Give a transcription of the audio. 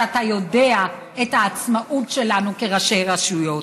שאתה יודע את העצמאות שלנו כראשי רשויות: